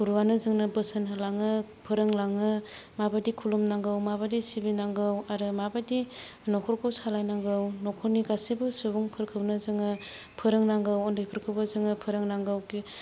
गुरुआनो जोंनो बोसोन होलाङो फोरोंलाङो माबादि खुलुमनांगौ माबादि सिबिनांगौ आरो माबादि नखरखौ सालायनांगौ नखरनि गासैबो सुबुंफोरखौनो जोङो फोरोंनांगौ उन्दैफोरखौबो जों फोरोंनांगौ